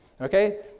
Okay